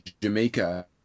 Jamaica